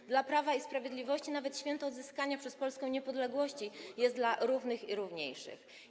W wykonaniu Prawa i Sprawiedliwości nawet święto odzyskania przez Polskę niepodległości jest dla równych i równiejszych.